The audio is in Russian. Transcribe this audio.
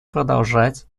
продолжать